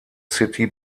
city